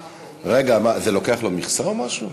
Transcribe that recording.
רגע, מה, זה לוקח לו מכסה או משהו?